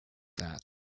that